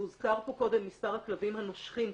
והוזכר פה קודם מספר הכלבים הנושכים,